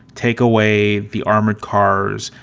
take away the armored cars,